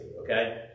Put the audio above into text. okay